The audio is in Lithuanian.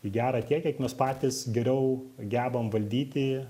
į gera tiek kiek mes patys geriau gebam valdyti